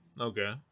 Okay